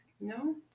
No